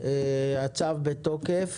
הצו בתוקף.